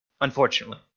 Unfortunately